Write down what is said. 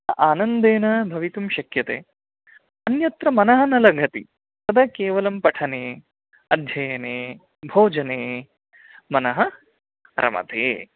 आनन्देन भवितुं शक्यते अन्यत्र मनः न लगति तदा केवलं पठने अध्ययने भोजने मनः रमते